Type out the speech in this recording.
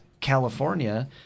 California